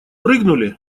прыгнули